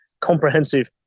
comprehensive